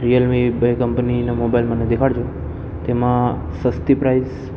Realme બેય કંપનીના mobile મને દેખાડજો તેમાં સસ્તી પ્રાઈઝ